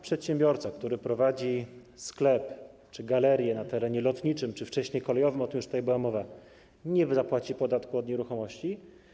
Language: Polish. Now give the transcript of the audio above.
Przedsiębiorca, który prowadzi sklep czy galerię na terenie lotniczym czy wcześniej kolejowym - o tym już była mowa - nie zapłaci podatku od nieruchomości.